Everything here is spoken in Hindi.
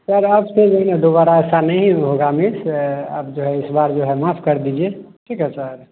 सर आज छोड़ दीजिए दोबारा ऐसा नहीं होगा मिस अब जो है इस बार जो है माफ कर दीजिए ठीक है सर